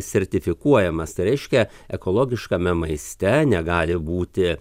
sertifikuojamas tai reiškia ekologiškame maiste negali būti